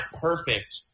perfect